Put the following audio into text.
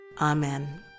Amen